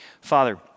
Father